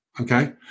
okay